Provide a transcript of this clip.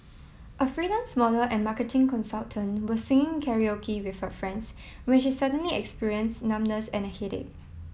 a freelance model and marketing consultant was singing Karaoke with her friends when she suddenly experience numbness and a headache